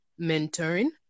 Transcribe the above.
mentoring